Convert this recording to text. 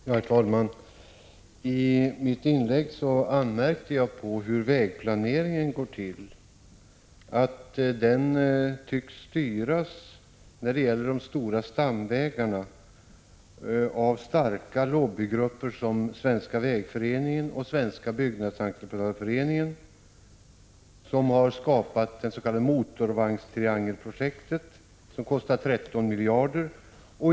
Herr talman! I mitt inlägg anmärkte jag på hur vägplaneringen går till. När det gäller de stora stamvägarna tycks den styras av starka lobbygrupper som Svenska vägföreningen och Svenska byggnadsentreprenörföreningen. De har skapat det s.k. motorvägstriangelprojektet, som kostar 13 miljarder.